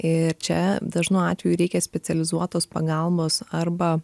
ir čia dažnu atveju reikia specializuotos pagalbos arba